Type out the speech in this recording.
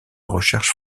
recherche